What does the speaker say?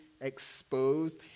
exposed